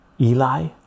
eli